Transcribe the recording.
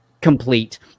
complete